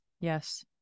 Yes